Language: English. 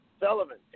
Sullivan